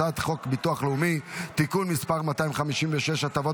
הצעת חוק הביטוח הלאומי (תיקון מס' 256) (הטבות